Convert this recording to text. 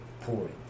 pouring